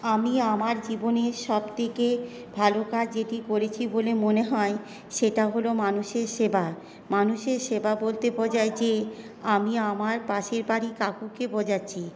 আমি আমার জীবনে সবথেকে ভালো কাজ যেটি করেছি বলে মনে হয় সেটা হলো মানুষের সেবা মানুষের সেবা বলতে বোঝায় যে আমি আমার পাশের বাড়ির কাকুকে বোঝাচ্ছি